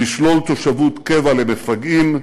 נשלול תושבות קבע למפגעים,